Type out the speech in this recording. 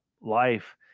life